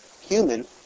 human